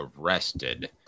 arrested